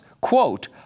quote